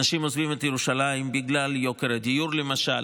אנשים עוזבים את ירושלים בגלל יוקר הדיור, למשל.